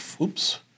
oops